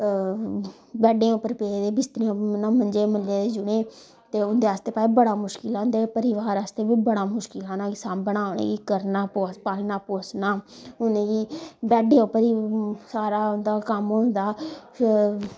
बैड्डें उप्पर पेदे बिसतरें उनें मंजे मल्ले दे जि'ने ते उंदे आस्तै बड़ा मुशकल ऐ उं'दे परिबार आस्तै बी बड़ा मुशकल ऐ उनेंगी सांभना उनेंगी करना पालना पोसना उनेंगी बैड्डें उप्पर ई सारा उं'दा कम्म होंदा ते